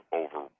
over